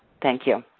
thank you.